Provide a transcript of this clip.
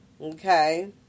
Okay